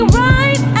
right